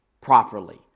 properly